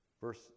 Verse